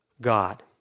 God